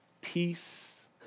Peace